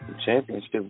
championship